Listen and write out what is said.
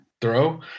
throw